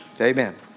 Amen